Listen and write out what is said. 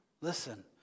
listen